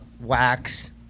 wax